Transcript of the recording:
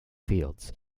fields